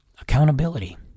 Accountability